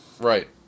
Right